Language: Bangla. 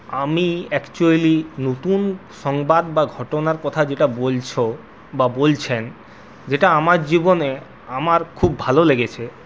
আমি অ্যাকচুয়ালি নতুন সংবাদ বা ঘটনার কথা যেটা বলছ বা বলছেন যেটা আমার জীবনে আমার খুব ভালো লেগেছে